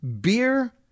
beer